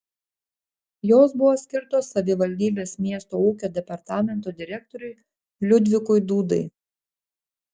jos buvo skirtos savivaldybės miesto ūkio departamento direktoriui liudvikui dūdai